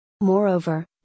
Moreover